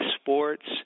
sports